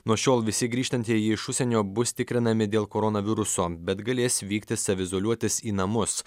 nuo šiol visi grįžtantieji iš užsienio bus tikrinami dėl koronaviruso bet galės vykti saviizoliuotis į namus